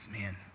man